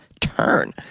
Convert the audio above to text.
turn